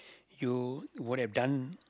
you would have done